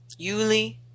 Yuli